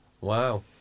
Wow